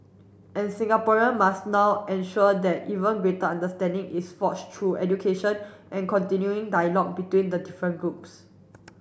and Singaporean must now ensure that even greater understanding is forge through education and continuing dialogue between the different groups